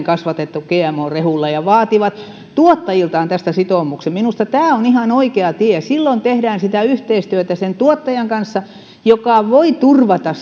kasvatettu gmo rehulla ja vaativat tuottajiltaan tästä sitoumuksen minusta tämä on ihan oikea tie silloin tehdään yhteistyötä sen tuottajan kanssa joka voi turvata